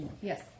Yes